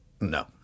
no